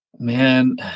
man